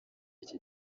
iki